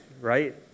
right